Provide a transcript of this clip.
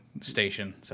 station